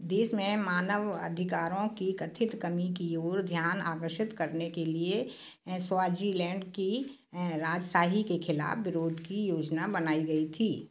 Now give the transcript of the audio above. देश में मानवाधिकारों की कथित कमी की ओर ध्यान आकर्षित करने के लिए स्वाज़ीलैंड की राजशाही के खिलाफ विरोध की योजना बनाई गई थी